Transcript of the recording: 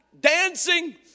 dancing